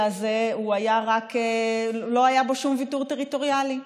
הזה לא היה בו שום ויתור טריטוריאלי: